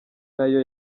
nayo